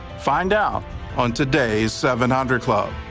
find out on today's seven hundred club.